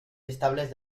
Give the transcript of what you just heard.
estables